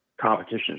competition